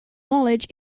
knowledge